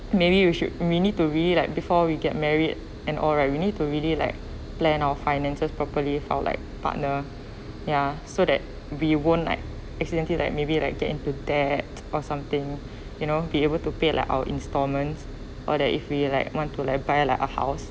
maybe you should we need to be like we get married and all right we need to really like plan our finances properly found like partner ya so that we won't like accidentally like maybe like get into debt or something you know be able to pay like our installments or that if we like want to buy like a house